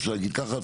אפשר להגיד ככה,